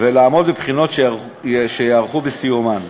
ולעמוד בבחינות שייערכו בסיומן.